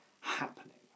happening